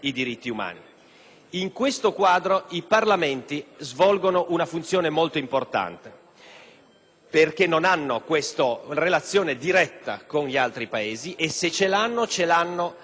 In questo quadro i Parlamenti svolgono una funzione molto importante, perché non hanno questa relazione diretta con gli altri Paesi e, se ce l'hanno, ce l'hanno attraverso